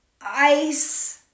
ice